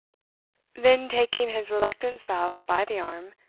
then, taking his reluctant spouse by the arm,